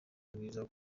rwiza